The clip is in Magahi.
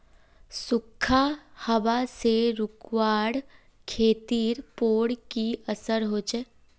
सुखखा हाबा से रूआँर खेतीर पोर की असर होचए?